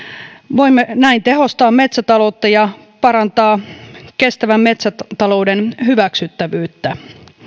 voimme näin tehostaa metsätaloutta ja parantaa kestävän metsätalouden hyväksyttävyyttä